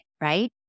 right